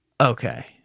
okay